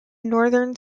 northern